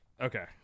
Okay